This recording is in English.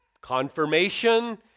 confirmation